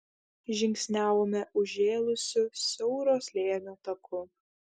žingsniavome užžėlusiu siauro slėnio taku